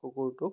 কুকুৰটোক